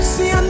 See